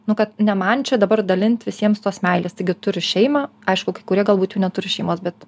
nu kad ne man čia dabar dalinti visiems tos meilės taigi turi šeimą aišku kai kurie galbūt jų neturi šeimos bet